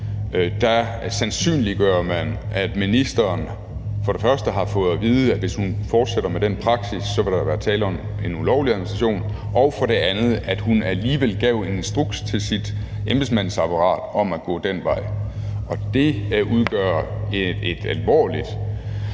sandsynliggør man, at ministeren for det første har fået at vide, at hvis hun fortsætter med den praksis, vil der være tale om en ulovlig administration, og at hun for det andet alligevel gav en instruks til sit embedsmandsapparat om at gå den vej. Det udgør en alvorlig